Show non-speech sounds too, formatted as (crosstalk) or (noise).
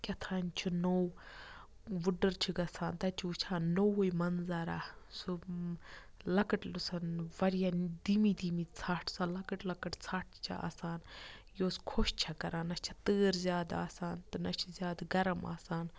کیٛاہ تام چھِ نوٚو وُڈٕر چھِ گژھان تَتہِ چھُ وٕچھان نوٚوُے منظرہ سُہ لۄکٕٹ (unintelligible) واریاہ دھیٖمی دھیٖمی ژھٹھ سۄ لۄکٕٹ لۄکٕٹ ژھٹھ چھےٚ آسان یُس خۄش چھےٚ کَران نہ چھےٚ تۭر زیادٕ آسان تہٕ نہ چھِ زیادٕ گرم آسان